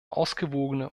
ausgewogene